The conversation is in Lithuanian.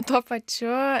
tuo pačiu